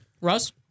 Russ